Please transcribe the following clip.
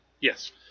Yes